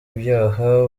ibyaha